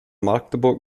magdeburg